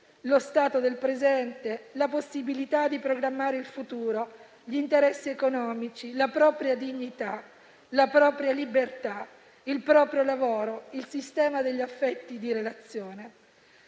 lo stato del presente, la possibilità di programmare il futuro, gli interessi economici, la propria dignità, la propria libertà, il proprio lavoro, il sistema degli affetti di relazione.